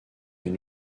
une